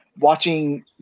Watching